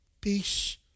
peace